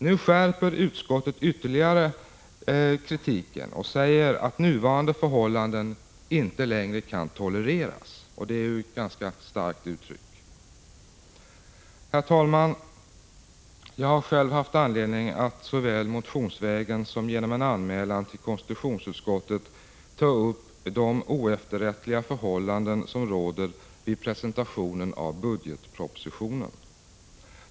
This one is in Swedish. Nu skärper utskottet kritiken ytterligare och säger att nuvarande förhållanden inte längre kan tolereras, och det är ett ganska starkt uttryck. Herr talman! Jag har själv haft anledning att såväl motionsvägen som genom en anmälan till konstitutionsutskottet ta upp de oefterrättliga förhållanden som råder vid presentationen av budgetpropositionen.